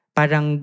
parang